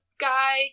guy